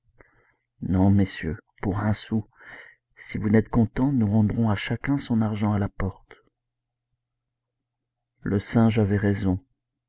non messieurs pour un sou si vous n'êtes contents nous rendrons à chacun son argent à la porte le singe avait raison